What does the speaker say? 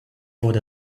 food